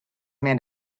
man